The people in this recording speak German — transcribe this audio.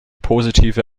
positive